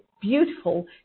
beautiful